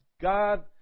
God